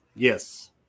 Yes